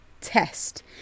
test